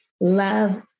love